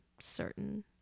certain